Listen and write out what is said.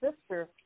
sister